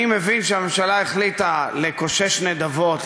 אני מבין שהממשלה החליטה לקושש נדבות,